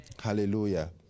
Hallelujah